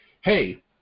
hey